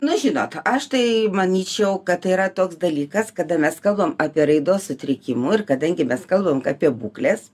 na žinot aš tai manyčiau kad tai yra toks dalykas kada mes kalbam apie raidos sutrikimu ir kadangi mes kalbam apie būklės